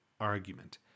argument